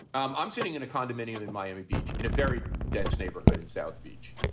i'm i'm sitting in a condominium in miami beach in a very dense neighborhood in south beach.